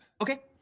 Okay